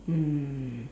mm